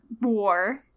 war